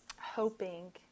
hoping